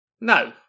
No